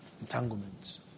Entanglements